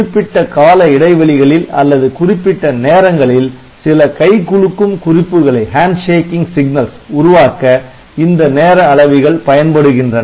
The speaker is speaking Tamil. குறிப்பிட்ட கால இடைவெளிகளில் அல்லது குறிப்பிட்ட நேரங்களில் சில கைகுலுக்கும் குறிப்புகளை உருவாக்க இந்த நேர அளவிகள் பயன்படுகின்றன